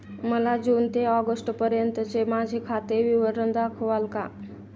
मला जून ते ऑगस्टपर्यंतचे माझे खाते विवरण दाखवाल का?